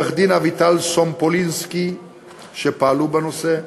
ועורכת-הדין אביטל סומפולינסקי שפעלו בנושא,